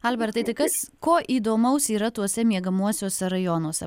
albertai tai kas ko įdomaus yra tuose miegamuosiuose rajonuose